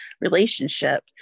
relationship